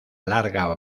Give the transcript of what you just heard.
larga